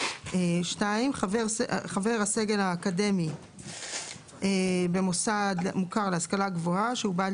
(2) חבר הסגל האקדמי במוסד מוכר להשכלה גבוהה שהוא בעל